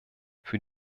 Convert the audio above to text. für